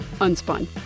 Unspun